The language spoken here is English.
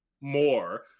more